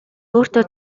өөртөө